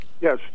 Yes